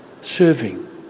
Serving